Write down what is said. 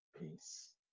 peace